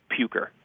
puker